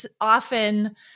often